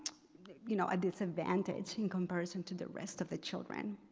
you know a disadvantage in comparison to the rest of the children.